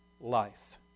life